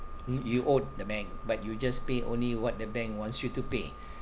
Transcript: m~ you owed the bank but you just pay only what the bank wants you to pay